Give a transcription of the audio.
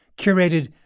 curated